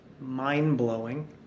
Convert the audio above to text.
mind-blowing